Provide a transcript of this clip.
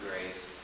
grace